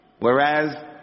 Whereas